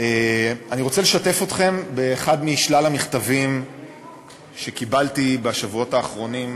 אני רוצה לשתף אתכם באחד משלל המכתבים שקיבלתי בשבועות האחרונים,